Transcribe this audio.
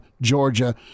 Georgia